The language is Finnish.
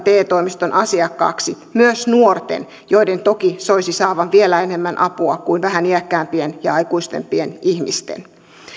te toimiston asiakkaaksi myös nuorten joiden toki soisi saavan vielä enemmän apua kuin vähän iäkkäämpien ja aikuisempien ihmisten